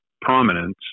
prominence